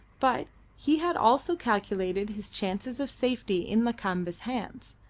but he had also calculated his chances of safety in lakamba's hands.